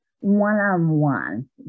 one-on-one